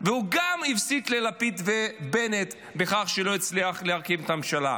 והוא גם הפסיד ללפיד ובנט בכך שלא הצליח להרכיב את הממשלה.